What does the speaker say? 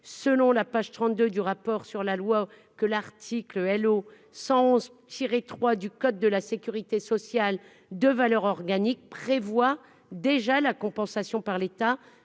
selon la page trente-deux du rapport sur la loi que l'article L 111 je 3 du code de la sécurité sociale de valeur organique prévoit déjà la compensation par l'état